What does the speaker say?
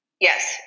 Yes